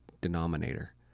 denominator